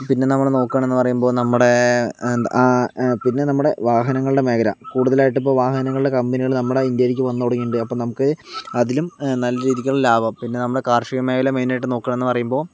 പിന്നെ നമ്മള് നോക്കാണെന്ന് പറയുമ്പോ നമ്മുടെ ആ പിന്നെ നമ്മുടെ വാഹനങ്ങളുടെ മേഖല കൂടുതലായിട്ട് ഇപ്പോ വാഹനങ്ങളുടെ കമ്പനികൾ നമ്മുടെ ഇന്ത്യയിലേക്ക് വന്നു തുടങ്ങിയിട്ടുണ്ട് അപ്പോ നമുക്ക് അതിലും നല്ല രീതിക്കുള്ള ലാഭം പിന്നെ നമ്മുടെ കാർഷികമേഖല മെയിൻ ആയിട്ട് നോക്കണത് പറയുമ്പോൽ